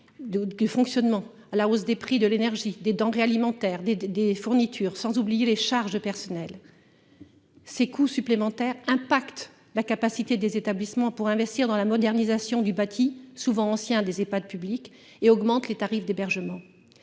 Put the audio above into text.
de fonctionnement liées à la hausse des prix de l'énergie, des denrées alimentaires, des fournitures, sans oublier les charges de personnel. Ces coûts supplémentaires ont un impact sur la capacité des établissements à investir dans la modernisation du bâti, souvent ancien, des Ehpad publics et contribuent à l'augmentation des tarifs d'hébergement.